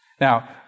Now